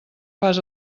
fas